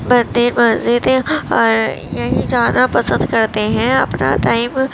مندر مسجدیں اور یہیں جانا پسند کرتے ہیں اپنا ٹائم